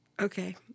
Okay